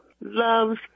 loves